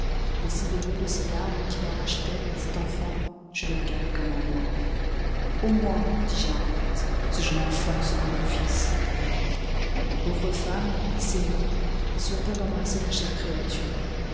ainsi baigné de ces larmes qui la rachetaient cet enfant je le regardais comme à moi au moins dis-je à henriette ce jeune enfant sera mon fils la pauvre femme à ces mots se hâta d'embrasser la chère créature